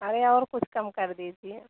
अरे और कुछ कम कर दीजिए